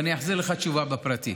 ואני אחזיר לך תשובה בפרטי.